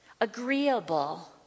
agreeable